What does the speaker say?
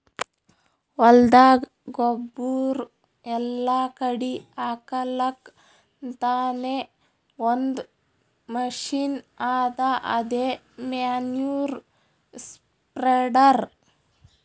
ಹೊಲ್ದಾಗ ಗೊಬ್ಬುರ್ ಎಲ್ಲಾ ಕಡಿ ಹಾಕಲಕ್ಕ್ ಅಂತಾನೆ ಒಂದ್ ಮಷಿನ್ ಅದಾ ಅದೇ ಮ್ಯಾನ್ಯೂರ್ ಸ್ಪ್ರೆಡರ್